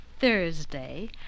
Thursday